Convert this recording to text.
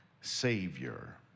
Savior